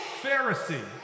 Pharisee